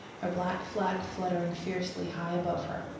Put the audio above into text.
her black flag fluttering fiercely high above her.